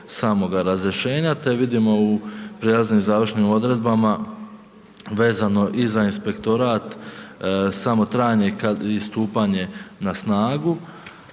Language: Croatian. samoga razrješenja, te vidimo u prijelaznim završnim odredbama, vezano i za inspektorat, samo trajanje, kao i stupanje na snagu.